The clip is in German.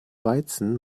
weizen